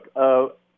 look